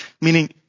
meaning